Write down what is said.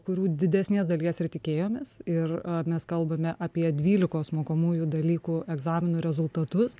kurių didesnės dalies ir tikėjomės ir mes kalbame apie dvylikos mokomųjų dalykų egzaminų rezultatus